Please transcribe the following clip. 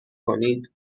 کنید